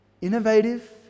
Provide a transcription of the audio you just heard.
innovative